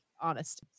honest